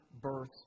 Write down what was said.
births